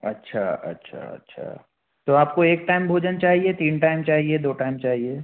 अच्छा अच्छा अच्छा तो आपको एक टाइम भोजन चाहिए तीन टाइम चाहिए दो टाइम चाहिए